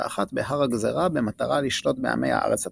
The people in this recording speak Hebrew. האחת בהר הגזירה במטרה לשלוט בעמי הארץ התיכונה.